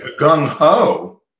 gung-ho